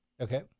Okay